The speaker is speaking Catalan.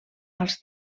als